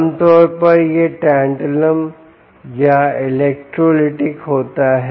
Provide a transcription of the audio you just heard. आम तौर पर यह टैंटलम या इलेक्ट्रोलाइटिक होता है